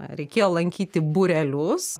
reikėjo lankyti būrelius